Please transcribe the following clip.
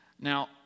Now